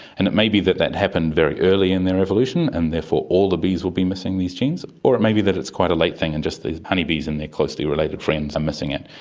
and it may be that that happened very early in their evolution and therefore all the bees will be missing these genes, or it may be that it's quite a late thing and just the honey bees and their closely related friends are missing it.